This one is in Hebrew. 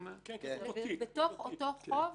בתוך אותו חוב.